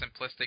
simplistic